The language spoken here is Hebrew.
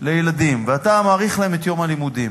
לילדים ואתה מאריך להם את יום הלימודים,